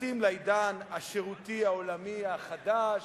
מתאים לעידן השירותי העולמי החדש,